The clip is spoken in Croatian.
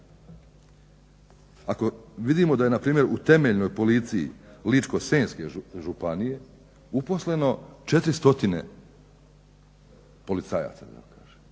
Ako vidimo da je npr. u temeljnoj policiji Ličko-senjske županije uposleno 400 policajaca da kažem,